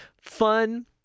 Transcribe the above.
fun